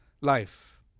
life